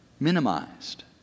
Minimized